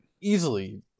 Easily